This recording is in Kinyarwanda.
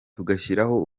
tugashyiraho